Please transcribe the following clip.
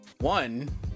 one